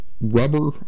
rubber